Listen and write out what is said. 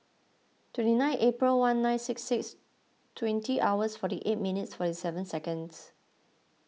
twenty nine April one nine six six twenty hours forty eight minutes forty seven seconds